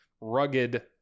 rugged